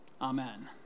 amen